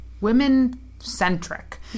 women-centric